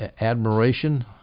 admiration